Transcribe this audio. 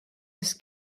das